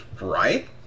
right